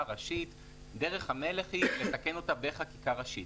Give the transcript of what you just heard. ראשית דרך המלך היא לתקן אותה בחקיקה ראשית.